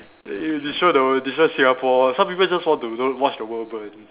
it'll destroy the world destroy Singapore some people just want to you know watch the world burn